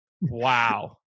Wow